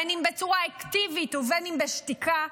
בין אם בצורה אקטיבית ובין אם בשתיקה,